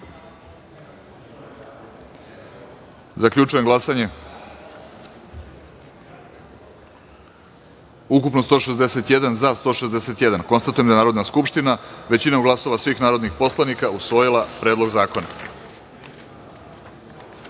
celini. Zaključujem glasanje: ukupno – 161, za – 161.Konstatujem da je Narodna skupština većinom glasova svih narodnih poslanika usvojila Predlog